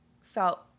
felt